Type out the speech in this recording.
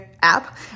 app